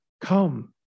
Come